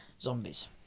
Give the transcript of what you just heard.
Zombies